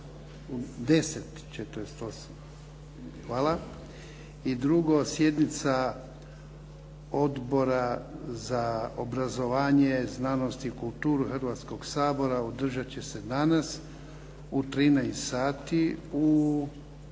10,48 hvala. I drugo, sjednica Odbora za obrazovanje, znanost i kulturu Hrvatskoga sabora održat će se danas u 13,00 sati